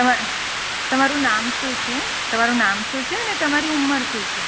તમા તમારું નામ શું છે તમારું નામ શું છે અને તમારી ઉંમર શું છે